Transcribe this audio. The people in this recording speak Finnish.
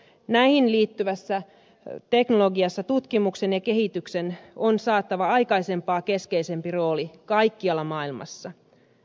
näihin liittyvässä teknologiassa tutkimuksen ja kehityksen on saatava aikaisempaa keskeisempi rooli kaikkialla maailmassa